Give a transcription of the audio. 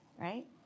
right